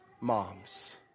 moms